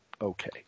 okay